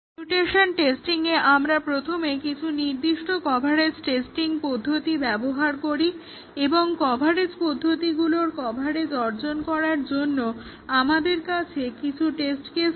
mutation টেস্টিংয়ে আমরা প্রথমে কিছু নির্দিষ্ট কভারেজ টেস্টিং পদ্ধতি ব্যবহার করি এবং কভারেজ পদ্ধতিগুলোর কভারেজ অর্জন করার জন্য আমাদের কাছে কিছু টেস্ট কেস থাকে